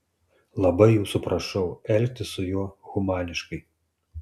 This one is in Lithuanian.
labai jūsų prašau elgtis su juo humaniškai